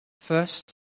first